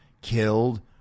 killed